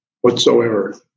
whatsoever